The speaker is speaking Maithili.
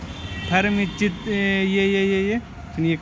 फर्म मे इच्छित सरहाक बीर्य सँ कृत्रिम प्रजनन करा गाभिन कराएल जाइ छै